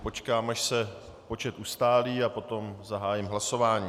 Počkám, až se počet ustálí, a potom zahájím hlasování.